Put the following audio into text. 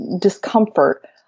discomfort